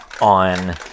on